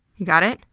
you got it?